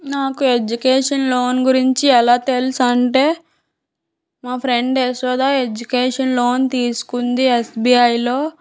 నాకు education loan గురించి ఎలా తెలుసంటే మా ఫ్రెండ్ యశోద ఎడ్యుకేషన్ లోన్ తీసుకుంది ఎస్బీఐలో